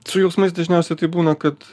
su jausmais dažniausiai taip būna kad